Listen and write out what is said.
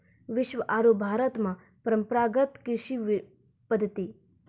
विश्व आरो भारत मॅ परंपरागत कृषि पद्धति